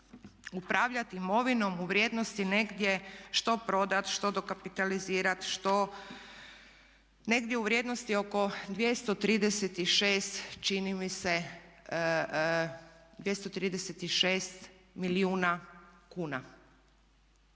upravljati imovinom u vrijednosti negdje što prodati, što dokapitalizirati, što, negdje u vrijednosti 236 čini mi